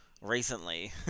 recently